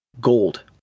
gold